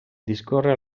discorre